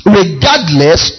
regardless